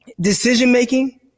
decision-making